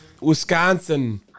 Wisconsin